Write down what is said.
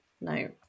no